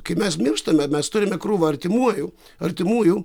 kai mes mirštame mes turime krūvą artimųjų artimųjų